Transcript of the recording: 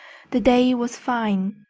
the day was fine,